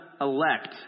elect